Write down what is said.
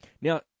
Now